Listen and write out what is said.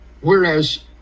whereas